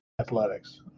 Athletics